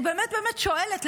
אני באמת באמת שואלת,